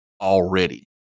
already